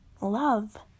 love